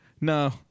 No